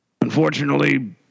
unfortunately